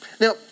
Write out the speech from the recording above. Now